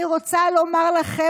אני רוצה לומר לכם,